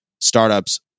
startups